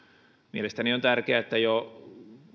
mielestäni on tärkeää että jo